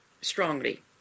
strongly